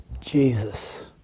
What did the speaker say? Jesus